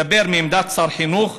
אבל לדבר מעמדת שר חינוך,